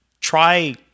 Try